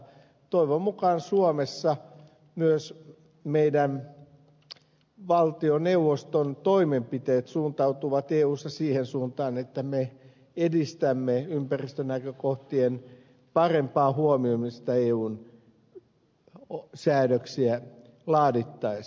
toivon mukaan suomessa myös valtioneuvoston toimenpiteet suuntautuvat eussa siihen suuntaan että me edistämme ympäristönäkökohtien parempaa huomioimista eun säädöksiä laadittaessa